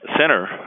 center